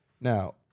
Now